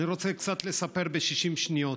אני רוצה קצת לספר, ב-60 שניות: